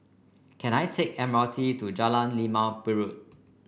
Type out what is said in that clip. can I take the M R T to Jalan Limau Purut